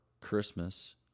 Christmas